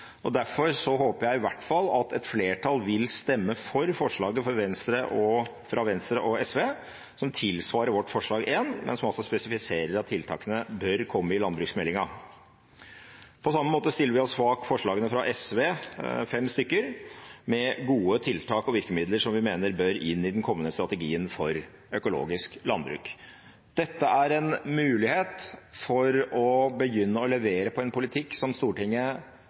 og derfor håper jeg at et flertall i hvert fall vil stemme for forslaget fra Venstre og SV, som tilsvarer vårt forslag nr. 7, men som altså spesifiserer at tiltakene bør komme i landbruksmeldingen. På samme måte stiller vi oss bak de fem forslagene fra SV med gode tiltak og virkemidler som vi mener bør inn i den kommende strategien for økologisk landbruk. Dette er en mulighet for å begynne å levere på en politikk som Stortinget